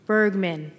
Bergman